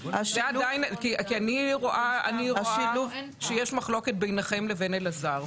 אני רואה שיש מחלוקת ביניכם לבין אלעזר.